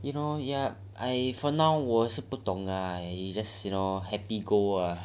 you know yup I for now 我是不懂 ah I just you know happy go ah